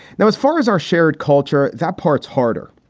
now as far as our shared culture, that part's harder.